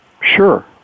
Sure